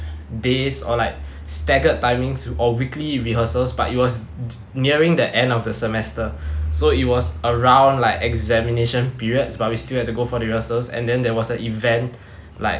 days or like staggered timings or weekly rehearsals but it was nearing the end of the semester so it was around like examination periods but we still have to go for rehearsals and then there was an event like